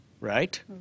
right